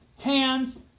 hands